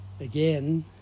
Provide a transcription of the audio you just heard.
again